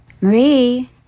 Marie